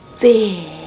big